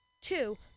Two